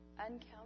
uncounted